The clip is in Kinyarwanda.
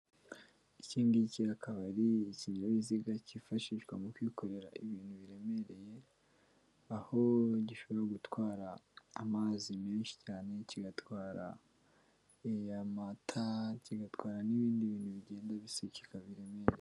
Iki ngiki akaba ari ikinyabiziga kifashishwa mu kwikorera ibintu biremereye, aho gishobora gutwara amazi menshi cyane, kigatwara amata, kigatwara n'ibindi bintu bigenda bisukika biremereye.